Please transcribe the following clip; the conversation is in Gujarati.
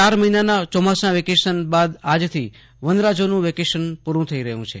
ચાર મહિનાના ચોમાસા આજ વેકેશન બાદ આવતીકાલથી વનરાજોનું વેકેશન પૂરું થઈ રહ્યું છે